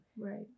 right